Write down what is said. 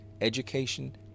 education